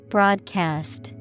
Broadcast